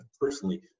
personally